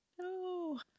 No